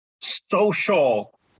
social